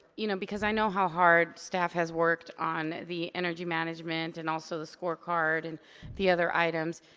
you know because i know how hard staff has worked on the energy management and also the score card and the other items,